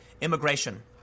immigration